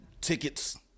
Tickets